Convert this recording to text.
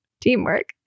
Teamwork